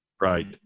Right